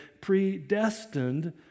predestined